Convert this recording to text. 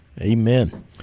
Amen